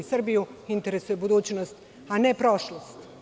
Srbiju interesuje budućnost, a ne prošlost.